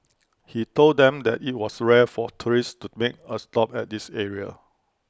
he told them that IT was rare for tourists to make A stop at this area